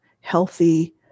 healthy